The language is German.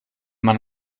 man